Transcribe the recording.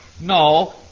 No